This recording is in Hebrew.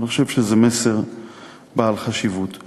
אני חושב שזה מסר בעל חשיבות.